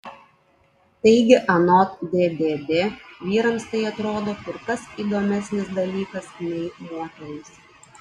taigi anot ddd vyrams tai atrodo kur kas įdomesnis dalykas nei moterims